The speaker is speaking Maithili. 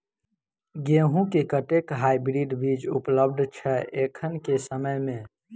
गेंहूँ केँ कतेक हाइब्रिड बीज उपलब्ध छै एखन केँ समय मे?